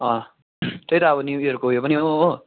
त्यही त अब न्यु इयरको उयो पनि हो हो